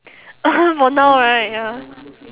for now right ya